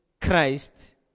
Christ